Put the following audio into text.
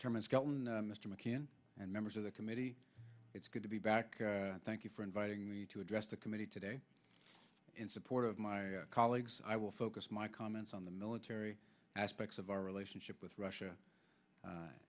german skelton mr mccann and members of the committee it's good to be back thank you for inviting me to address the committee today in support of my colleagues i will focus my comments on the military aspects of our relationship with russia a